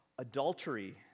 Adultery